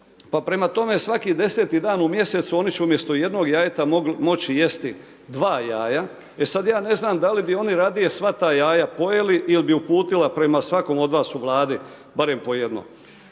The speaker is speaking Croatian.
pa prema tome, svaki 10-ti dan u mjesecu oni će umjesto jednog jajeta moći jesti dva jaja. E sada ja ne znam da li bi oni radije sva taj jaja pojeli ili bi uputila prema svakom od vas u Vladi barem po jedno.